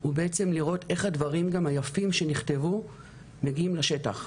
הוא בעצם לראות איך הדברים גם היפים שנכתבו מגיעים לשטח,